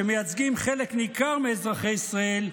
שמייצגים חלק ניכר מאזרחי ישראל,